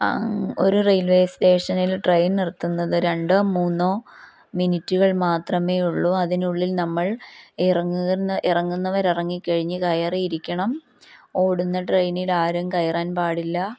ഒരു റെയിൽവേ സ്റ്റേഷനിൽ ട്രെയിൻ നിർത്തുന്നത് രണ്ടോ മൂന്നോ മിനിറ്റുകൾ മാത്രമേ ഉള്ളൂ അതിനുള്ളിൽ നമ്മൾ ഇറങ്ങുന്ന ഇറങ്ങുന്നവർ ഇറങ്ങിക്കഴിഞ്ഞ് കയറിയിരിക്കണം ഓടുന്ന ട്രെയിനിൽ ആരും കയറാൻ പാടില്ല